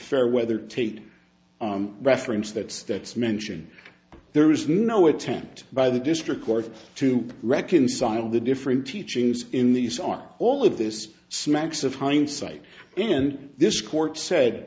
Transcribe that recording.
fairweather tate reference that states mention there is no attempt by the district court to reconcile the different teachings in these are all of this smacks of hindsight and this court said